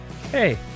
Hey